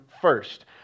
first